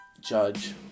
judge